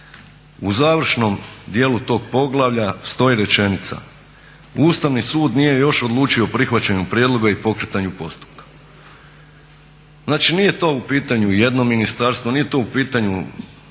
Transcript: u završnom dijelu tog poglavlja stoji rečenica: Ustavni sud nije još odlučio o prihvaćanju prijedloga i pokretanju postupka. Znači nije to u pitanju jedno ministarstvo, nije to u pitanju